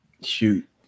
Shoot